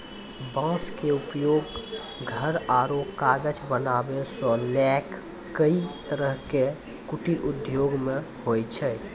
बांस के उपयोग घर आरो कागज बनावै सॅ लैक कई तरह के कुटीर उद्योग मॅ होय छै